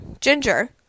ginger